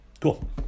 Cool